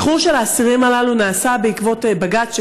השחרור של האסירים הללו נעשה בעקבות בג"ץ,